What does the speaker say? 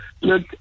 look